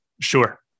Sure